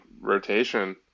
rotation